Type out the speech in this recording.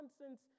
nonsense